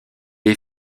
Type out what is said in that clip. est